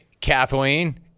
Kathleen